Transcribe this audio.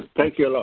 thank you a lot,